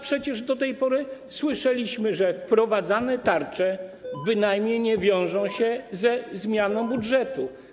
Przecież do tej pory słyszeliśmy, że wprowadzane tarcze nie wiążą się ze zmianą budżetu.